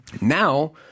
Now